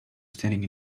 standing